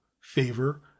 favor